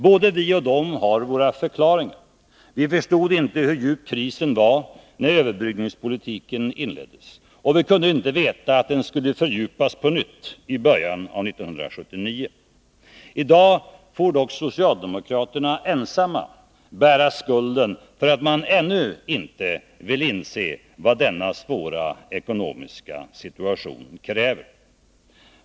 Både vi och de har förklaringar. Vi förstod inte hur djup krisen var när överbryggningspolitiken inleddes, och vi kunde inte veta att den skulle fördjupas på nytt i början av 1979. I dag får dock socialdemokraterna ensamma bära skulden för att man ännu inte vill inse vad denna svåra ekonomiska situation kräver.